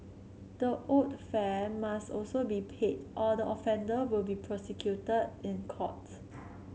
the owed fare must also be paid or the offender will be prosecuted in court